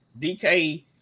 DK